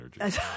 energy